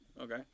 Okay